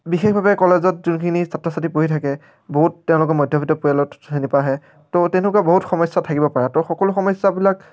বিশেষভাৱে কলেজত যোনখিনি ছাত্ৰ ছাত্ৰী পঢ়ি থাকে বহুত তেওঁলোকৰ মধ্যবিত্তীয় পৰিয়ালত শ্ৰেণীৰ পৰা আহে তো তেনেকুৱা বহুত সমস্যা থাকিব পাৰে তো সকলো সমস্যাবিলাক